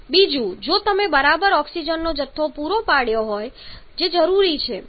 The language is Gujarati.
બીજું જો તમે બરાબર ઓક્સિજનનો જથ્થો પૂરો પાડ્યો હોય જે જરૂરી છે